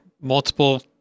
Multiple